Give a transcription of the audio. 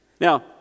Now